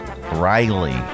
Riley